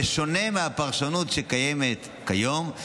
בשונה מהפרשנות שקיימת כיום,